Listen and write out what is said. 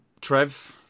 Trev